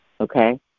Okay